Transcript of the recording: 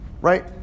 right